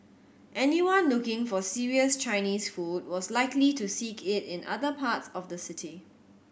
anyone looking for serious Chinese food was likely to seek it in other parts of the city